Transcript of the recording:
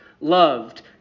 loved